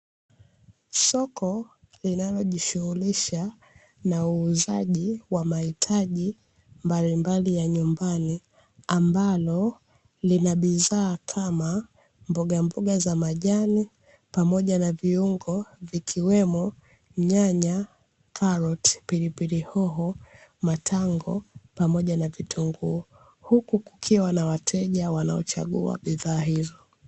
Soko linalojishughulisha na uuzaji wa mahitaji mbalimbali ya nyumbani ambalo lina bidhaa kama mbogamboga za majani pamoja na viungo ikiwemo; nyanya, karoti, pilipili hoho, matango pamoja na vitunguu huku kukiwa na wateja wanaochagua bidhaa hizo.